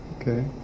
Okay